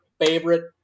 favorite